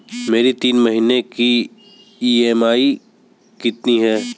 मेरी तीन महीने की ईएमआई कितनी है?